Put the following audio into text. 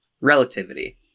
Relativity